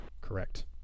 correct